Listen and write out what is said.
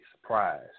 surprise